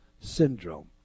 Syndrome